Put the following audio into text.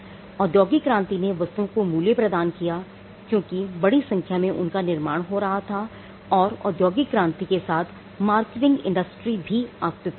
औद्योगिक क्रांति ने वस्तुओं को मूल्य प्रदान किया क्योंकि बड़ी संख्या में उनका निर्माण हो रहा था और औद्योगिक क्रांति के साथ मार्केटिंग इंडस्ट्री भी अस्तित्व में आ गई